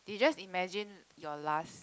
you just imagine your last